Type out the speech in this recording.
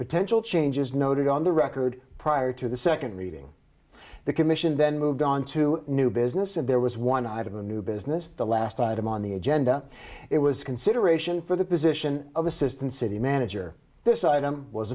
potential changes noted on the record prior to the second reading the commission then moved on to new business and there was one item a new business the last item on the agenda it was consideration for the position of assistant city manager this item was